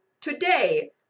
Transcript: today